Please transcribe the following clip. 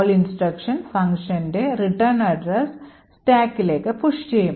Call instruction functionൻറെ return address സ്റ്റാക്കിലേക്ക് push ചെയ്യും